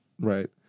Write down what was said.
right